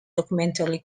documentary